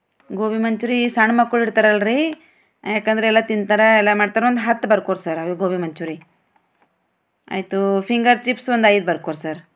ಗೋಬಿ ಮಂಚೂರಿ ಸಣ್ಣ ಮಕ್ಕಳು ಇರ್ತಾರಲ್ಲಾ ರಿ ಯಾಕಂದ್ರೆ ಎಲ್ಲ ತಿಂತಾರೆ ಎಲ್ಲ ಮಾಡ್ತಾರೆ ಒಂದು ಹತ್ತು ಬರ್ಕೋರಿ ಸರ್ ಗೋಬಿ ಮಂಚೂರಿ ಆಯಿತು ಫಿಂಗರ್ ಚಿಪ್ಸ್ ಒಂದು ಐದು ಬರ್ಕೋರಿ ಸರ್